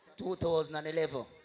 2011